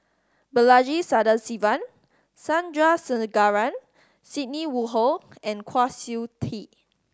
Balaji Sadasivan Sandrasegaran Sidney Woodhull and Kwa Siew Tee